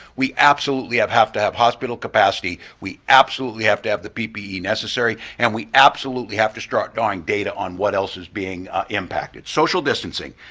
we absolutely have have to have hospital capacity, we absolutely have to have the ppe necessary, and we absolutely have to start drawing data on what else is being ah impacted. social distancing,